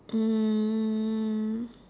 um